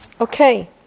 okay